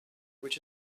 which